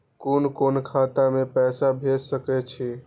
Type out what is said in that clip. कुन कोण खाता में पैसा भेज सके छी?